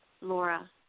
Laura